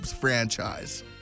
franchise